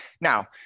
Now